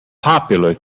popular